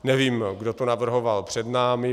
Nevím, kdo to navrhoval před námi.